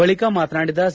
ಬಳಿಕ ಮಾತನಾಡಿದ ಸಿ